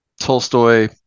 Tolstoy